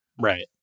Right